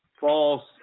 false